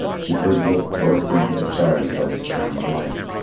he heard wolf boasting to the stars about his charmed life,